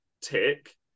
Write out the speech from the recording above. Tick